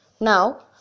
Now